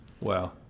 Wow